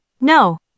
No